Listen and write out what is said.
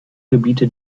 gebiete